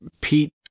Pete